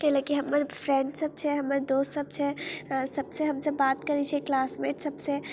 कैलेकि हमर फ्रेण्ड सभ छै हमर दोस्त सभ छै अऽ सभसँ हमसभ बात करै छियै क्लासमेट सभसँ